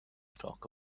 talk